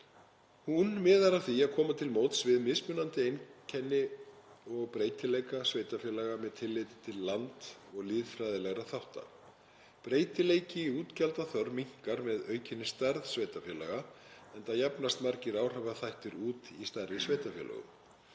Hún miðar að því að koma til móts við mismunandi einkenni og breytileika sveitarfélaga með tilliti til landfræðilegra og lýðfræðilegra þátta. Breytileiki í útgjaldaþörf minnkar með aukinni stærð sveitarfélaga enda jafnast margir áhrifaþættir út í stærri sveitarfélögum.